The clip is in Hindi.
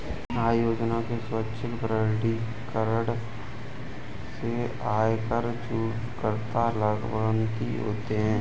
आय योजना के स्वैच्छिक प्रकटीकरण से आयकर चूककर्ता लाभान्वित होते हैं